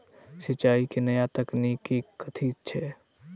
सिंचाई केँ नया तकनीक कथी छै?